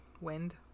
wind